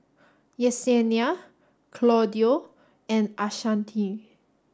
Yessenia Claudio and Ashanti